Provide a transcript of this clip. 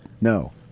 No